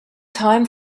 time